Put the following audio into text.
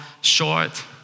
short